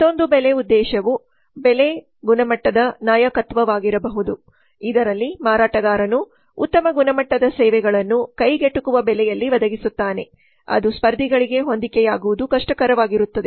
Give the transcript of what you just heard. ಮತ್ತೊಂದು ಬೆಲೆ ಉದ್ದೇಶವು ಬೆಲೆ ಗುಣಮಟ್ಟದ ನಾಯಕತ್ವವಾಗಿರಬಹುದು ಇದರಲ್ಲಿ ಮಾರಾಟಗಾರನು ಉತ್ತಮ ಗುಣಮಟ್ಟದ ಸೇವೆಗಳನ್ನು ಕೈಗೆಟುಕುವ ಬೆಲೆಯಲ್ಲಿ ಒದಗಿಸುತ್ತಾನೆ ಅದು ಸ್ಪರ್ಧಿಗಳಿಗೆ ಹೊಂದಿಕೆಯಾಗುವುದು ಕಷ್ಟಕರವಾಗಿರುತ್ತದೆ